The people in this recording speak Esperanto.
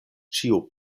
ĉiu